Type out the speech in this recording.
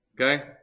Okay